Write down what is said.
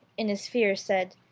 in his fear, said,